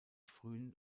frühen